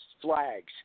flags